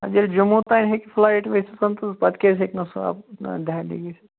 اَدٕ ییٚلہِ جموں تام ہیٚکہِ فٕلایِٹ ؤتھِتھ تہٕ پَتہٕ کیٛاز ہیٚکہِ نہٕ سۄ دہلی گٔژھِتھ